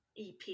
EP